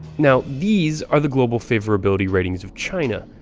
now, these are the global favorability ratings of china.